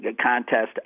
contest